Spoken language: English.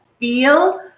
feel